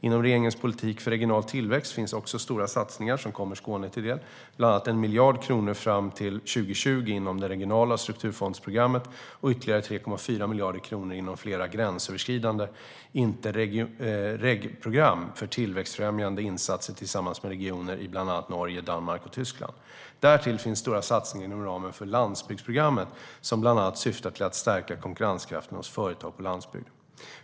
Inom regeringens politik för regional tillväxt finns också stora satsningar som kommer Skåne till del, bland annat 1 miljard kronor fram till 2020 inom det regionala strukturfondsprogrammet och ytterligare 3,4 miljarder kronor inom flera gränsöverskridande Interregprogram för tillväxtfrämjande insatser tillsammans med regioner i bland annat Norge, Danmark och Tyskland. Därtill finns stora satsningar inom ramen för landsbygdsprogrammet som bland annat syftar till att stärka konkurrenskraften hos företag på landsbygden.